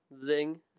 Zing